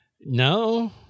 No